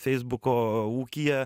feisbuko ūkyje